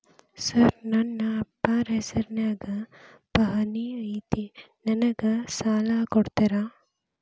Sir ನನ್ನ ಅಪ್ಪಾರ ಹೆಸರಿನ್ಯಾಗ್ ಪಹಣಿ ಐತಿ ನನಗ ಸಾಲ ಕೊಡ್ತೇರಾ?